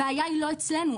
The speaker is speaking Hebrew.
הבעיה היא לא אצלנו.